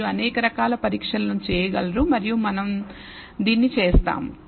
మీరు అనేక రకాల పరీక్షలను చేయగలరు మరియు మనం దీన్ని చేస్తాము